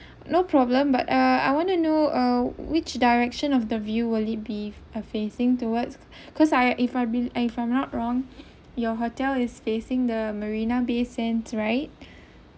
no problem but uh I want to know uh which direction of the view will it be facing towards because I if I be~ if I'm not wrong your hotel is facing the marina bay sands right